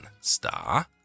star